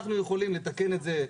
אנחנו יכולים לתקן את זה,